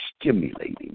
stimulating